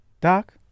Doc